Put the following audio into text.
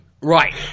Right